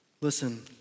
Listen